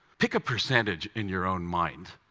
pick a percentage in your own mind.